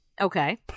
Okay